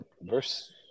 verse